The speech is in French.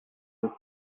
une